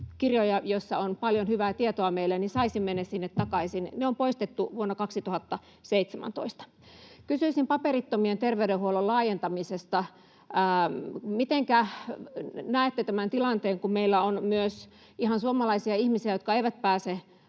kirjoja, joissa on paljon hyvää tietoa meille, että saisimme ne sinne takaisin. Ne on poistettu vuonna 2017. Kysyisin paperittomien terveydenhuollon laajentamisesta: Mitenkä näette tämän tilanteen, kun meillä on myös ihan suomalaisia ihmisiä, jotka eivät pääse